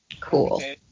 Cool